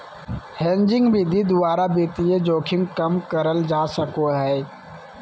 hedging विधि द्वारा वित्तीय जोखिम कम करल जा सको हय